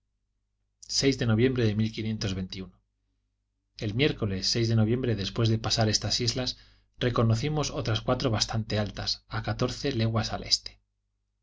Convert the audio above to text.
de noviembre de l miércoles de noviembre después de pasar estas islas reconocimos otras cuatro bastante altas a catorce leguas al este